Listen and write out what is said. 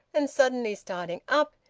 and suddenly starting up,